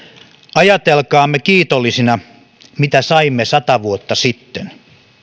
ajatelkaamme kiitollisina mitä saimme sata vuotta sitten